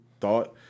thought